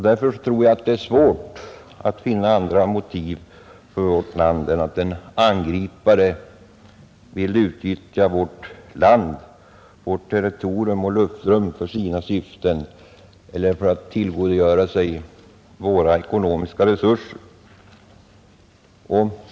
Därför tror jag att det är svårt att finna andra motiv för vårt land att ha ett försvar än att en angripare kan vilja utnyttja vårt land, vårt territorium och luftrum för sina syften, exempelvis att tillgodogöra sig våra ekonomiska resurser.